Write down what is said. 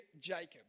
Jacob